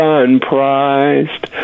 unprized